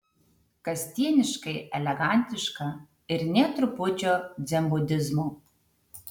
kasdieniškai elegantiška ir nė trupučio dzenbudizmo